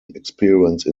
experience